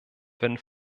wenn